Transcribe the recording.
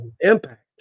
impact